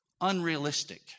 unrealistic